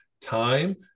time